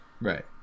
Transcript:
right